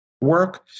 work